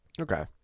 Okay